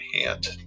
hand